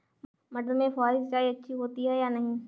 मटर में फुहरी सिंचाई अच्छी होती है या नहीं?